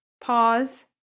pause